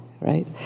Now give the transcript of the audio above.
right